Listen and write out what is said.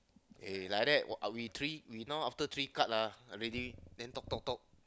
eh like that are we three we now after three card lah already then talk talk talk